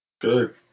Good